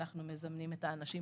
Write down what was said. אנחנו מזמנים את האנשים.